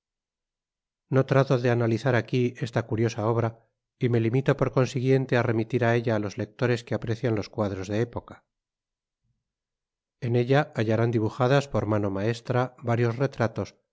no trato de analizar aquí esta curiosa obra y me limito por consiguiente á remitir á ella á los lectores que aprecien los cuadros de época en ella hallarán dibujadas por mano maestra varios retratos